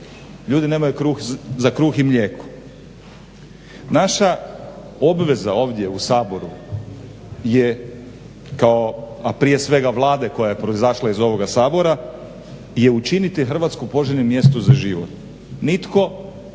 Ljudi nemaju za kruh i mlijeko. Naša obveza ovdje u Saboru je kao, a prije svega Vlade koja je proizašla iz ovoga Sabora, je učiniti Hrvatsku poželjnim mjestom za život. Nitko